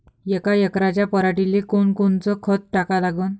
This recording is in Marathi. यका एकराच्या पराटीले कोनकोनचं खत टाका लागन?